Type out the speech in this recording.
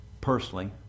personally